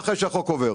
אחרי שהחוק עובר.